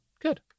Good